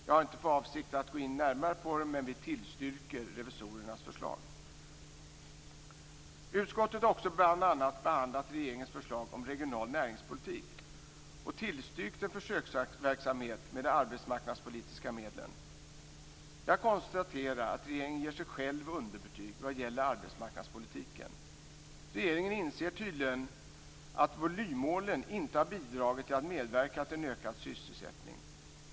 Jag har inte för avsikt att närmare gå in på det, men vi tillstyrker revisorernas förslag. Utskottet har också bl.a. behandlat regeringens förslag om regional näringspolitik och tillstyrkt en försöksverksamhet med de arbetsmarknadspolitiska medlen. Jag konstaterar att regeringen ger sig själv underbetyg vad gäller arbetsmarknadspolitiken. Regeringen inser tydligen att volymmålen inte har bidragit till att medverka till en ökad sysselsättning.